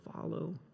follow